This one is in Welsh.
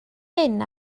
hyn